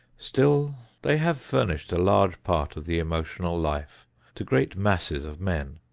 still they have furnished a large part of the emotional life to great masses of men,